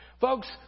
Folks